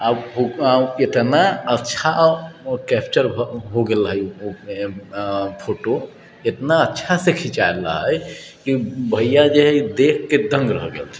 आब एतना अच्छा कैप्चर हो गेल रहै फोटो एतना अच्छासँ खिञ्चायल रहै जे भैया जे हइ देखिके दङ्ग रहि गेलखिन